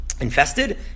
infested